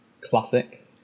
classic